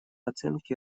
оценки